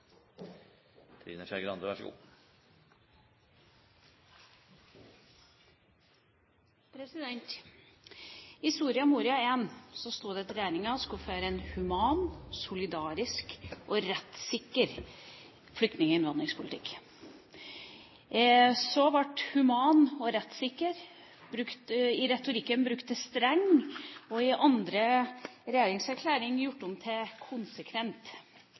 I Soria Moria I sto det at regjeringa skulle føre en human, solidarisk og rettssikker flyktning- og innvandringspolitikk. Så ble «human» og «rettssikker» i retorikken brukt som «streng» og i andre regjeringserklæring gjort om til